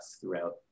throughout